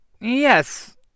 Yes